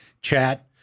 chat